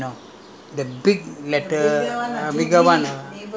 you know what I'm trying to say islamic mean it's not like islamic now you know